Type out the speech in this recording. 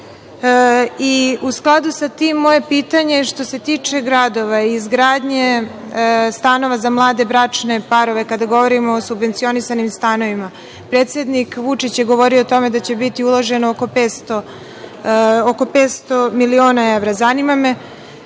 U skladu sa tim, moje pitanje je, što se tiče gradova i izgradnje stanova za mlade bračne parove, kada govorimo o subvencionisanim stanovima, predsednik Vučić je govorio o tome da će biti uloženo oko 500 miliona evra. Zanima me